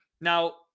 Now